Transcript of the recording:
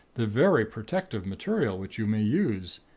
the very protective material which you may use,